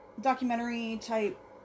documentary-type